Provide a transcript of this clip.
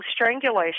strangulation